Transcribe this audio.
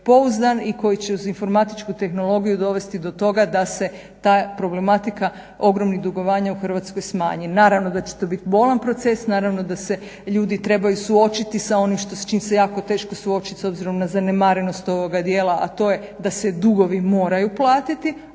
pouzdan i koji će uz informatičku tehnologiju dovesti do toga da se ta problematika ogromnih dugovanja u Hrvatskoj smanji. Naravno da će to biti bolan proces, naravno da se ljudi trebaju suočiti sa onim s čim se jako teško suočiti s obzirom na zanemarenost ovoga dijela, a to je da se dugovi moraju platiti,